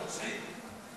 פושעים.